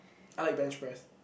I like bench press